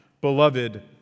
beloved